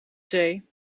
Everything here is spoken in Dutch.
zee